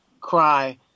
cry